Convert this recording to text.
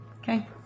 Okay